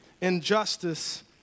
injustice